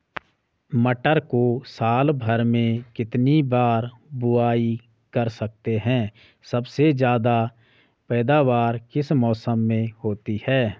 मटर को साल भर में कितनी बार बुआई कर सकते हैं सबसे ज़्यादा पैदावार किस मौसम में होती है?